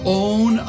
own